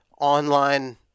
online